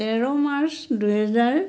তেৰ মাৰ্চ দুহেজাৰ